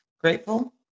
grateful